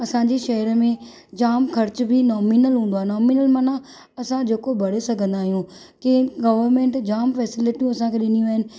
असांजे शहर में जाम ख़र्च बि नॉमिनल हूंदो आहे नॉमिनल माना असां जेको भरे सघंदा आहियूं की गवर्मेंट जाम फैसिलिटयूं असांखे ॾिनियूं आहिनि